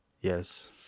Yes